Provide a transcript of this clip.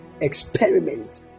experiment